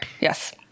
Yes